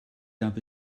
gab